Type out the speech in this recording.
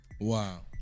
Wow